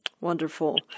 Wonderful